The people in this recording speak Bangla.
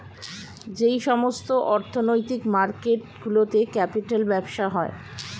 যেই সমস্ত অর্থনৈতিক মার্কেট গুলোতে ক্যাপিটাল ব্যবসা হয়